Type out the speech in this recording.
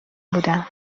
بودم